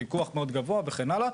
פיקוח מאוד גבוה וכן הלאה,